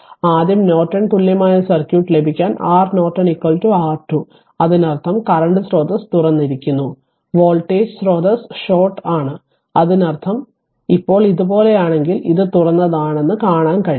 ആദ്യം നോർട്ടൺ തുല്യമായ സർക്യൂട്ട് ലഭിക്കാൻ R Norton R2 അതിനർത്ഥം കറന്റ് സ്രോതസ്സ് തുറന്നിരിക്കുന്നു വോൾട്ടേജ് സ്രോതസ്സ് ഷോർട്ട് ആണ് അതിനർത്ഥം ഇപ്പോൾ ഇതുപോലെയാണെങ്കിൽ ഇത് തുറന്നതാണെന്ന് കാണാൻ കഴിയും